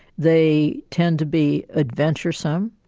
they tend to be adventuresome,